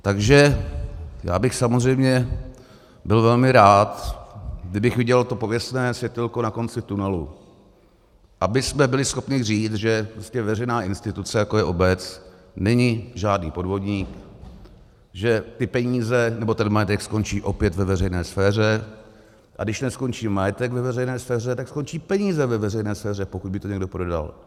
Takže já bych samozřejmě byl velmi rád, kdybych viděl to pověstné světýlko na konci tunelu, abychom byli schopni říct, že prostě veřejná instituce, jako je obec, není žádný podvodník, že ten majetek skončí opět ve veřejné sféře, a když neskončí majetek ve veřejné sféře, tak skončí peníze ve veřejné sféře, pokud by to někdo prodal.